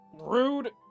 rude